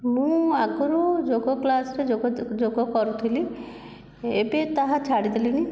ମୁଁ ଆଗରୁ ଯୋଗ କ୍ଲାସ୍ରେ ଯୋଗ କରୁଥିଲି ଏବେ ତାହା ଛାଡ଼ି ଦେଲିଣି